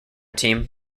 team